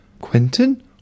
Quentin